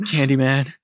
Candyman